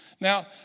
Now